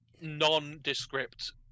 non-descript